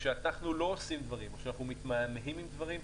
כשאנחנו לא עושים דברים או כשאנחנו מתמהמהים עם דברים,